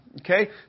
okay